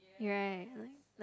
right like like